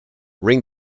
ring